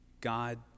God